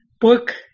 book